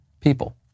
people